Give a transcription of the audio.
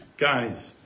guys